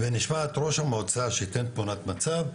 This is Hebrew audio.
ונשמע את ראש המועצה שייתן תמונת מצב,